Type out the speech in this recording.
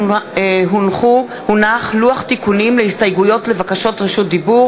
לוח תיקונים להסתייגויות ולבקשות רשות דיבור